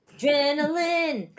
Adrenaline